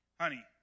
Honey